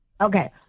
Okay